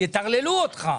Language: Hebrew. יטרללו אותך.